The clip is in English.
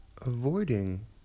Avoiding